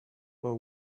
but